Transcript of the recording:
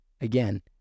again